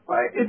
Right